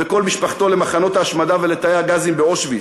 וכל משפחתו למחנות ההשמדה ולתאי הגזים באושוויץ.